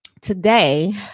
today